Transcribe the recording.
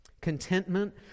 Contentment